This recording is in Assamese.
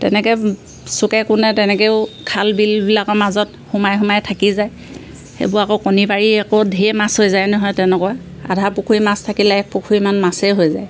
তেনেকে চুকে কোণে তেনেকেও খাল বিলবিলাকৰ মাজত সোমাই সোমাই থাকি যায় সেইবোৰ আকৌ কণী পাৰি আকৌ ধেৰ মাছ হৈ যায় নহয় তেনেকুৱা আধা পুখুৰী মাছ থাকিলে এক পুখুৰী মান মাছেই হৈ যায়